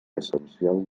essencial